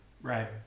Right